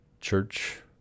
church